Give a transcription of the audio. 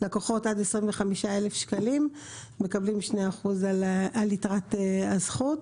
לקוחות עד 25,000 שקלים מקבלים 2% על יתרת הזכות.